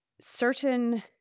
certain